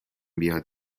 بیاد